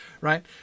right